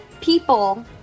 people